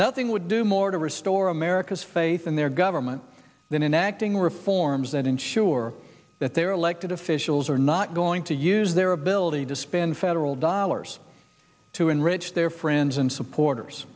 nothing would do more to restore america's faith in their government than enacting reforms that ensure that their elected officials are not going to use their ability to spend federal dollars to enrich their friends and supporters